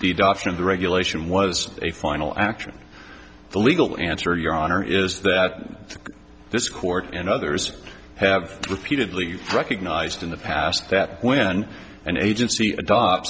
the regulation was a final action the legal answer your honor is that this court and others have repeatedly recognized in the past that when an agency adopt